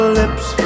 lips